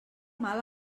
mal